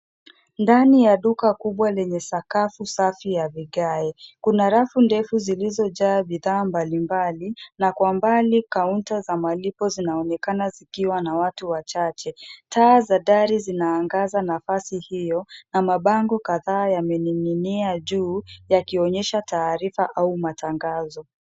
Ndani ya duka kubwa lenye sakafu safu ya vigae, kuna rafu ndefu zilizojaa bidhaa mbalimbali, na kwa mbali kaunta za malipo zinaonekana zikiwa na watu wachache. Taa za dari zinaangaza nafasi hiyo, na mabango kadhaa yamening'inia juu, yakionyesha taarifa au matangazo.